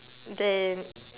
then